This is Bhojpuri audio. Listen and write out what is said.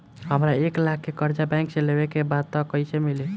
हमरा एक लाख के कर्जा बैंक से लेवे के बा त कईसे मिली?